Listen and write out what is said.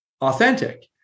authentic